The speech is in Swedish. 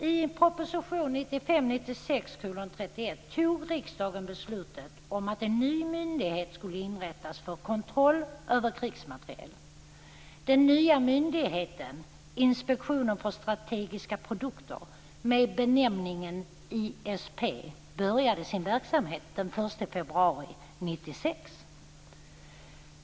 I proposition 1995/96:31 tog riksdagen beslut om att en ny myndighet skulle inrättas för kontroll av krigsmateriel. Den nya myndigheten, Inspektionen för strategiska produkter, ISP, började sin verksamhet den 1 februari 1996.